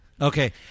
Okay